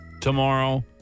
tomorrow